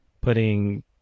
putting